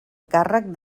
càrrec